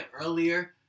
earlier